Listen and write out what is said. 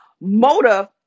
motive